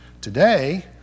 Today